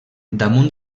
damunt